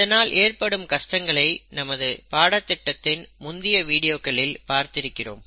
இதனால் ஏற்படும் கஷ்டங்களை நமது பாடத்திட்டத்தின் முந்தைய வீடியோக்களில் பார்த்திருக்கிறோம்